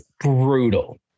brutal